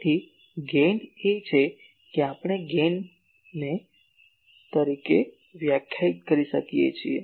તેથી ગેઇન એ છે કે આપણે ગેઇનને તરીકે વ્યાખ્યાયિત કરી શકીએ છીએ